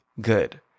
good